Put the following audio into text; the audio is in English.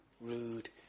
rude